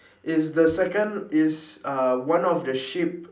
is the second is uh one of the sheep